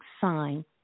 sign